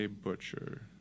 butcher